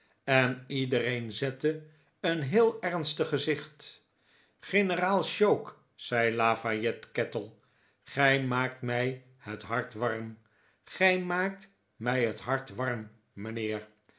en iedereen zette een heel ernstig gezicht generaal choke zei lafayette kettle gij maakt mij het hart warm gij maakt mij het hart warm mijnheer